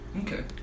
Okay